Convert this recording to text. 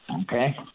Okay